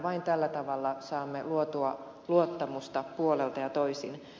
vain tällä tavalla saamme luotua luottamusta puolin ja toisin